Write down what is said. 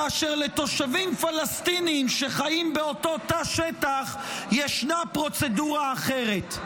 כאשר לתושבים פלסטינים שחיים באותו תא שטח ישנה פרוצדורה אחרת?